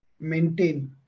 Maintain